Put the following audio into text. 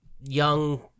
young